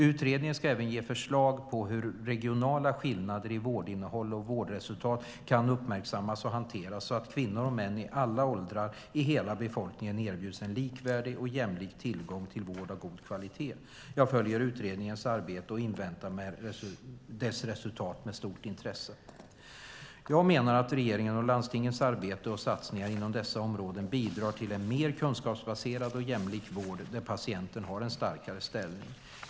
Utredningen ska även ge förslag på hur regionala skillnader i vårdinnehåll och vårdresultat kan uppmärksammas och hanteras så att kvinnor och män i alla åldrar i hela befolkningen erbjuds en likvärdig och jämlik tillgång till vård av god kvalitet. Jag följer utredningens arbete och inväntar dess resultat med stort intresse. Jag menar att regeringens och landstingens arbete och satsningar inom dessa områden bidrar till en mer kunskapsbaserad och jämlik vård där patienten har en starkare ställning.